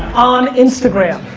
on instagram,